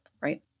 right